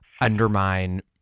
undermine